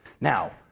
now